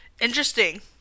Interesting